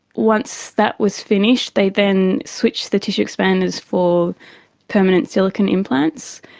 once that was finished they then switched the tissue expanders for permanent silicon implants,